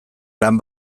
lan